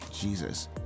Jesus